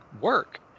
work